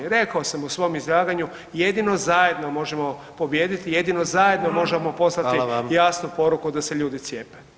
Rekao sam u svom izlaganju, jedino zajedno možemo pobijediti, jedino zajedno možemo poslati jasnu poruku [[Upadica: Hvala vam.]] da se ljudi cijepe.